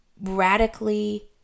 radically